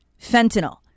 fentanyl